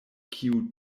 kiu